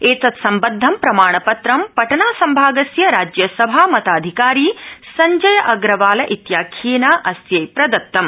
एतत्सम्बद्धं प्रमाणपत्रं पटना संभागस्य राज्यसभा मताधिकारी संजय अग्रवाल इत्याख्यप्त अस्मै प्रदत्तम्